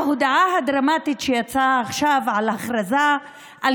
ההודעה הדרמטית שיצאה עכשיו על הכרזה על